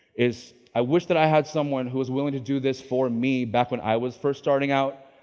is i wish that i had someone who was willing to do this for me back when i was first starting out,